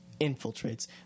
Infiltrates